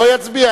לא יצביע.